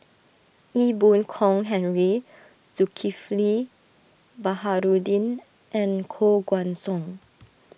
Ee Boon Kong Henry Zulkifli Baharudin and Koh Guan Song